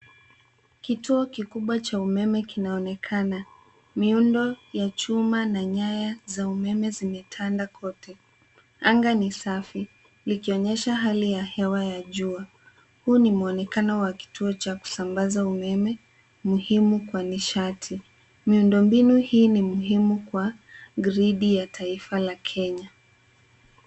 Kituo kikubwa cha umeme kinaonekana, miundo ya chuma na nyaya za umeme zimetanda kote. Anga ni safi, likionyesha hali ya hewa ya jua. Huu ni muonekano wa kituo cha kusambaza umeme muhimu kwa nishati. Miundombinu hii ni muhimu kwa gridi ya taifa la Kenya.